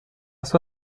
sua